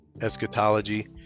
eschatology